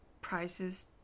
prices